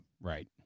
right